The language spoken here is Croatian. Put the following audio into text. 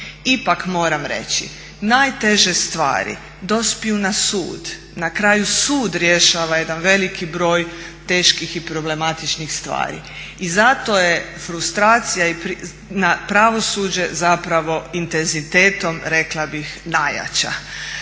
Ipak, moram reći najteže stvari dospiju na sud. Na kraju sud rješava jedan veliki broj teških i problematičnih stvari. I zato je frustracija na pravosuđe zapravo intenzitetom rekla bih najjača.